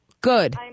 Good